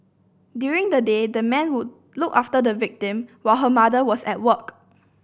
during the day the man would look after the victim while her mother was at work